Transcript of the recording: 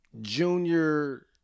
junior